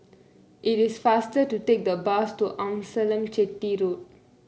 it is faster to take the bus to Amasalam Chetty Road